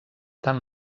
tant